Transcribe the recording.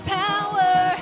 power